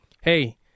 hey